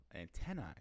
antennae